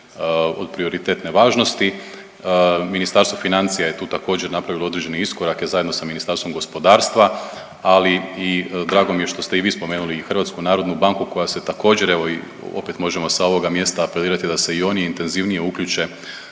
od prioritetne važnosti. Ministarstvo financija je tu također napravilo određene iskorake zajedno sa Ministarstvom gospodarstva, ali i drago mi je što ste i vi spomenuli i HNB koja se također evo i opet možemo sa ovoga mjesta apelirati da se i oni intenzivnije uključe